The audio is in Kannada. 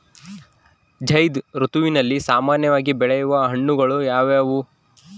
ಝೈಧ್ ಋತುವಿನಲ್ಲಿ ಸಾಮಾನ್ಯವಾಗಿ ಬೆಳೆಯುವ ಹಣ್ಣುಗಳು ಯಾವುವು?